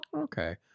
okay